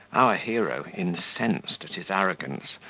our hero, incensed at his arrogance,